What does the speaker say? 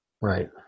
Right